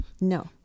No